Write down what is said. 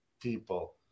people